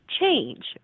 change